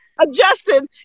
adjusted